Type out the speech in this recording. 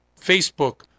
Facebook